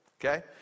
okay